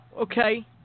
Okay